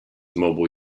mobile